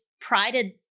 prided